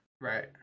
Right